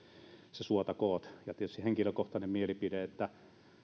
se suotakoon tietysti henkilökohtainen mielipide